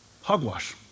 hogwash